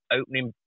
opening